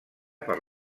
per